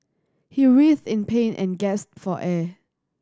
he writhed in pain and gasped for air